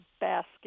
basket